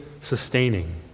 sustaining